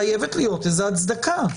חייבת להיות הצדקה לכך.